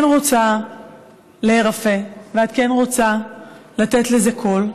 רוצה להירפא ואת כן רוצה לתת לזה קול,